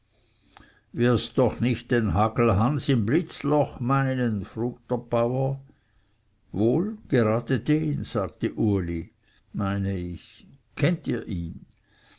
wirst doch nicht den hagelhans im blitzloch meinen frug der bauer wohl gerade den sagte uli meine ich kennt ihr ihn